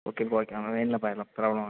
ஓகேப்பா ஓகே நாங்கள் இல்லைப்பா எந்த ப்ராப்லோம்